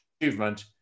achievement